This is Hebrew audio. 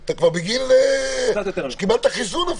אתה כבר בגיל שקיבלת חיסון,